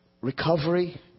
recovery